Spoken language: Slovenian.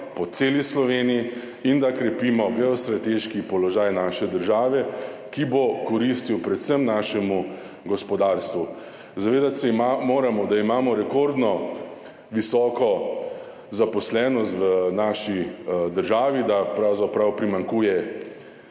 po celi Sloveniji in da krepimo geostrateški položaj naše države, ki bo koristil predvsem našemu gospodarstvu. Zavedati se moramo, da imamo rekordno visoko zaposlenost v naši državi, da pravzaprav primanjkuje